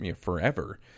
forever